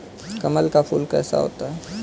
कमल का फूल कैसा होता है?